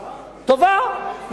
טובה, מצוינת.